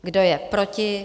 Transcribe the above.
Kdo je proti?